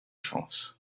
chance